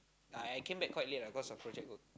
I came back quite late lah cause of project work